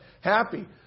Happy